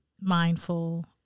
mindful